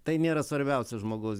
tai nėra svarbiausia žmogaus